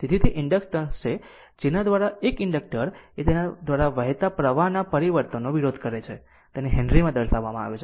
તેથી તે ઇન્ડક્ટન્સ છે જેના દ્વારા એક ઇન્ડક્ટર એ તેના દ્વારા વહેતા પ્રવાહના પરિવર્તનનો વિરોધ કરે છે તેને હેનરી માં દર્શાવવામાં આવે છે